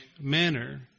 manner